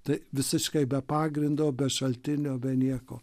tai visiškai be pagrindo be šaltinio be nieko